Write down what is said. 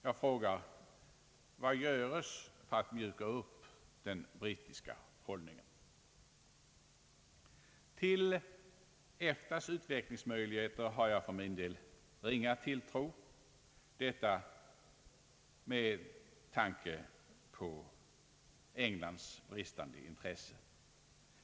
Jag frågar: Vad göres för att mjuka upp den brittiska hållningen? Till EFTA:s utvecklingsmöjligheter har jag för min del ringa tilltro, detta med tanke på Englands bristande intresse.